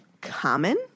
common